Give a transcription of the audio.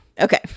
Okay